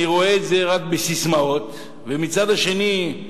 אני רואה את זה רק בססמאות, ומצד שני,